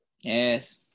Yes